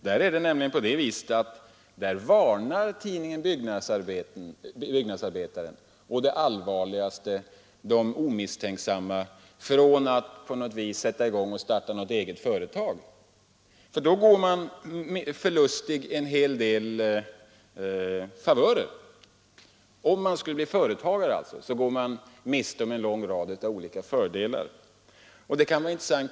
Där varnar tidningen på det allvarligaste de omisstänksamma för att starta något eget företag och bli företagare, för då går man förlustig en hel del favörer.